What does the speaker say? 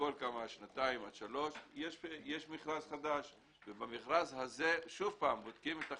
בכל שנתיים שלוש יש מכרז חדש ובמכרז הזה שוב בודקים את החברות.